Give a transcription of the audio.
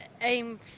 aim